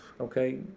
okay